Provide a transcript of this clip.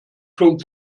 schon